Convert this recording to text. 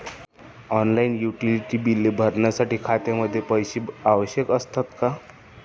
Online utility बिले भरण्यासाठी खात्यामध्ये पैसे आवश्यक असतात का?